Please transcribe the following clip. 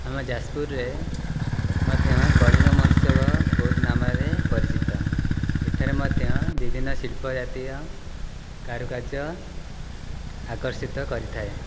ଆମ ଯାଜପୁରରେ ମଧ୍ୟ କଳିଙ୍ଗ ମହୋତ୍ସବ ବହୁତ ନାମରେ ପରିଚିତ ଏଠାରେ ମଧ୍ୟ ବିଭିନ୍ନ ଶିଳ୍ପ ଜାତୀୟ କାରୁକାର୍ଯ୍ୟ ଆକର୍ଷିତ କରିଥାଏ